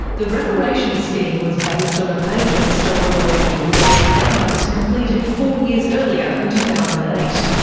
the reparations scheme was based on a major stolen wages report to government completed four years earlier in two thousand and eight,